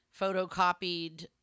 photocopied